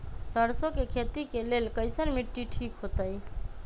सरसों के खेती के लेल कईसन मिट्टी ठीक हो ताई?